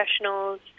Professionals